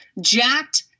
jacked